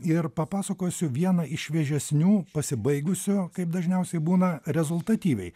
ir papasakosiu vieną iš šviežesnių pasibaigusio kaip dažniausiai būna rezultatyviai